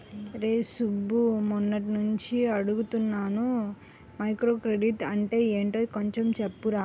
రేయ్ సుబ్బు, మొన్నట్నుంచి అడుగుతున్నాను మైక్రోక్రెడిట్ అంటే యెంటో కొంచెం చెప్పురా